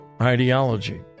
ideology